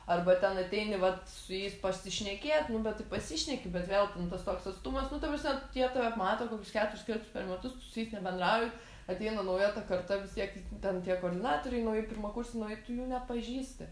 arba ten ateini vat su jais pasišnekėt nu bet tai pasišneki bet vėl ten tas toks atstumas nu ta prasme tie tave mato kokius keturis kartus per metus tu su jais nebendrauji ateina nauja ta karta vis tiek ten tie koordinatoriai nauji pirmakursiai nu i tu jų nepažįsti